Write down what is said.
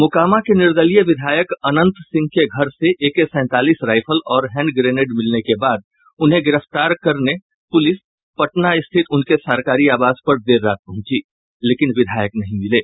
मोकामा के निर्दलीय विधायक अनंत सिंह के घर से एके सैंतालीस राइफल और हैंड ग्रेनेड मिलने के बाद उन्हें गिरफ्तार करने पुलिस पटना स्थित उनके सरकारी आवास पर देर रात पहुंची लेकिन विधायक नहीं मिले